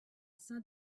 saint